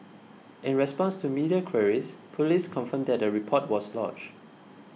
in response to media queries police confirmed that a report was lodged